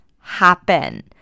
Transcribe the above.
happen